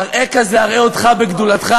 אראך זה אראה אותך בגדולתך,